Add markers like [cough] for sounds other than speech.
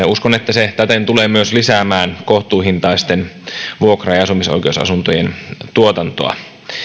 [unintelligible] uskon että se täten tulee myös lisäämään kohtuuhintaisten vuokra ja asumisoikeusasuntojen tuotantoa